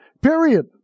Period